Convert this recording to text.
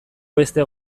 beste